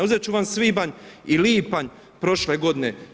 Uzet ću vam svibanj i lipanj prošle godine.